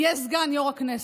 יהיה סגן יו"ר הכנסת.